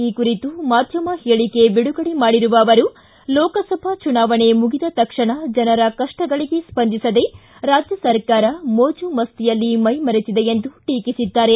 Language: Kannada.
ಈ ಕುರಿತು ಮಾಧ್ಯಮ ಹೇಳಿಕೆ ಬಿಡುಗಡೆ ಮಾಡಿರುವ ಅವರು ಲೋಕಸಭಾ ಚುನಾವಣೆ ಮುಗಿದ ತಕ್ಷಣ ಜನರ ಕಷ್ಟಗಳಿಗೆ ಸ್ಪಂದಿಸದೇ ರಾಜ್ಯ ಸರ್ಕಾರ ಸರ್ಕಾರ ಮೋಜು ಮಸ್ತಿಯಲ್ಲಿ ಮೈಮರೆತಿದೆ ಎಂದು ಟೀಕಿಸಿದ್ದಾರೆ